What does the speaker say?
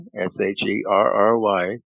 S-H-E-R-R-Y